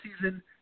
season